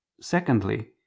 Secondly